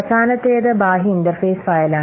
അവസാനത്തേത് ബാഹ്യ ഇന്റർഫേസ് ഫയലാണ്